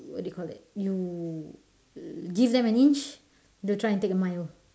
what do you call that you give them an inch they'll try and take a mile